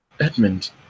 Edmund